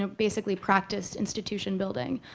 ah basically practice institution building.